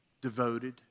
Devoted